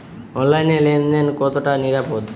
অনলাইনে লেন দেন কতটা নিরাপদ?